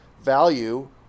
value